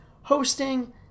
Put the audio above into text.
hosting